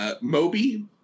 Moby